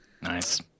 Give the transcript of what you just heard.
Nice